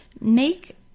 make